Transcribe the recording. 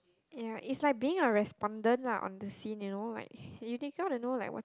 ya it's like being a respondent lah on the scene you know like you they got to know like what